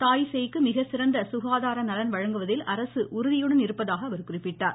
தாய் சேய்க்கு மிகச்சிறந்த சுகாதார நல வழங்குவதில் அரசு உறுதியுடன் இருப்பதாக அவர் குறிப்பிட்டார்